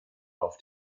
auf